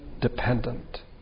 dependent